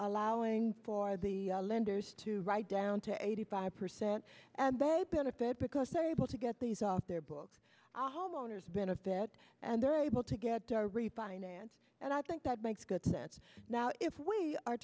allowing for the lenders to write down to eighty five percent and they benefit because they want to get these off their books homeowners benefit and they're able to get to refinance and i think that makes good sense now if we are